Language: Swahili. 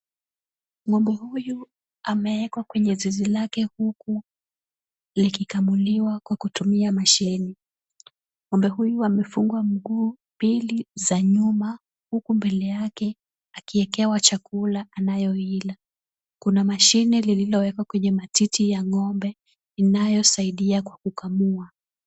Ng'ombe huyu ameekwa kwenye zizi lake huku likikamuliwa kwa kutumia machine .Ng'ombe huyu amefungwa mguu mbili za nyuma huku mbele yake akiekewa chakula anayoila. Kuna machine lililowekwa kwenye matiti ya ng'ombe inayosaidia kwa kukamua.